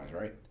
right